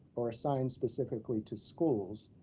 are assigned specifically to schools,